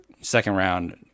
second-round